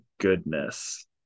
Goodness